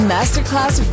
Masterclass